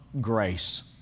grace